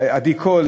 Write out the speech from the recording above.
עדי קול,